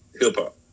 hip-hop